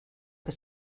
que